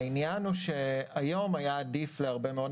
העניין הוא שהיום היה עדיף להרבה מאוד